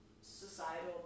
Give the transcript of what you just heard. societal